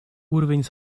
уровень